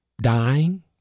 dying